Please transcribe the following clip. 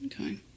Okay